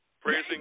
Praising